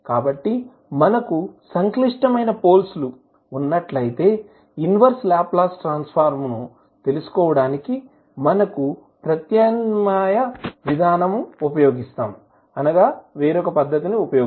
కాబట్టి మనకు సంక్లిష్టమైన పోల్స్ లు ఉన్నట్లయితే ఇన్వర్స్ లాప్లాస్ ట్రాన్స్ ఫార్మ్ ను తెలుసుకోవడానికి మనము ప్రత్యామ్నాయ విధానాన్ని ఉపయోగిస్తాము